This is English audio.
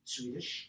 Swedish